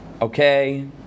Okay